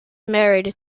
married